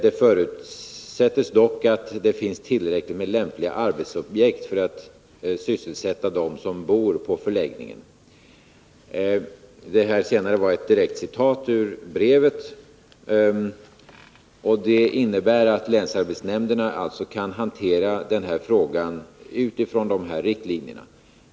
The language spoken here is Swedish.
Det förutsättes dock att det finns tillräckligt med lämpliga arbetsobjekt för att sysselsätta dem som bor på förläggningen ——-.” Detta innebär alltså att länsarbetsnämnderna kan hantera denna fråga utifrån de här riktlinjerna.